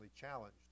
challenged